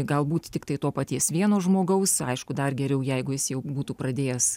galbūt tiktai to paties vieno žmogaus aišku dar geriau jeigu jis jau būtų pradėjęs